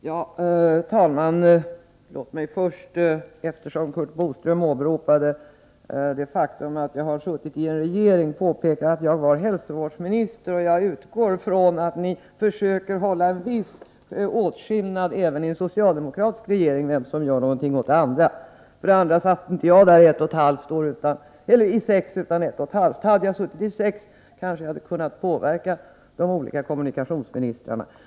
Herr talman! Låt mig först, eftersom Curt Boström åberopade det faktum att jag har suttit i regeringen, påpeka att jag var hälsovårdsminister. Jag utgår från att ni även i en socialdemokratisk regering försöker göra viss åtskillnad mellan vem som handlägger olika frågor. För det andra satt jag inte i regeringen i sex år, utan bara i ett och ett halvt år. Hade jag suttit i regeringen i sex år hade jag kanske kunnat påverka de olika kommunikationsministrarna.